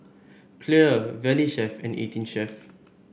Clear Valley Chef and Eighteen Chef